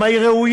כי היא ראויה,